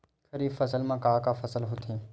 खरीफ फसल मा का का फसल होथे?